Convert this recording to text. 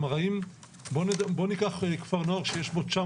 כלומר בוא ניקח כפר נוער שיש בו 900